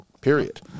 period